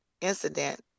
incident